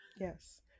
Yes